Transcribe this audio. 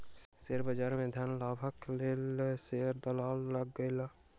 share बजार में धन लाभक लेल ओ शेयर दलालक लग गेला